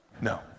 No